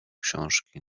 książki